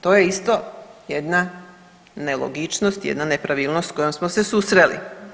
To je isto jedna nelogičnost, jedan nepravilnost s kojom smo se susreli.